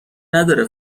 نداره